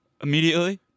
immediately